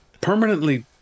permanently